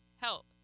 help